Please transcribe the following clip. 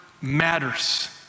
matters